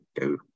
go